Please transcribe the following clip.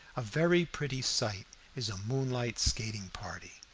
a very pretty sight is a moonlight skating party,